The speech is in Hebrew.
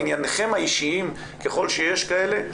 עניינכם האישיים ככל שיש כאלה,